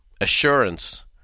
assurance